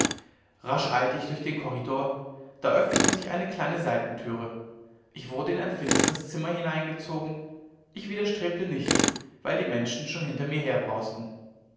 rasch eilte ich durch den korridor da öffnete sich eine kleine seitentüre ich wurde in ein finstres zimmer hineingezogen ich widerstrebte nicht weil die menschen schon hinter mir